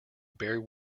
bare